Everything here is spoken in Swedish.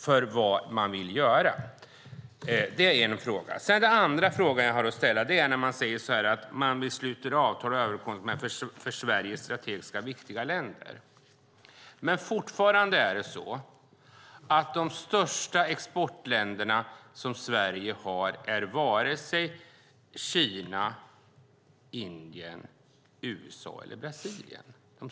Så till min andra fråga. I svaret sägs att man sluter avtal och överenskommelser med för Sverige strategiskt viktiga länder. Men de länder som Sverige exporterar mest till är varken Kina, Indien, USA eller Brasilien, utan